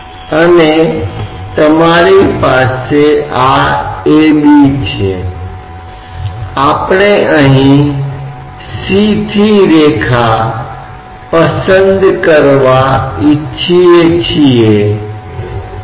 तो यदि हम यह पता लगाना चाहते हैं कि सेट दो बिंदुओं A और B के बीच दबाव अंतर क्या है तो हमें एकीकृत करना होगा अब यह देखना महत्वपूर्ण है कि हम जिस लंबाई के पैमाने पर विचार कर रहे हैं यह भिन्नता क्या है